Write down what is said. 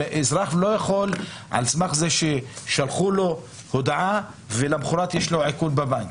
אזרח לא יכול על סמך זה ששלחו לו הודעה ולמחרת יש לו עיקול בבנק,